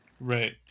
Right